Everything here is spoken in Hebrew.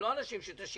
אמרתם שיש